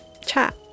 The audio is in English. chat